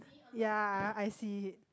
ya I I see it